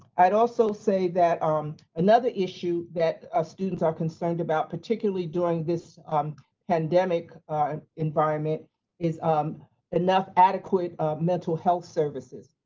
i'd also say that um another issue that ah students are concerned about particularly during this pandemic environment is um enough adequate mental health services.